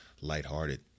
lighthearted